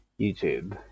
YouTube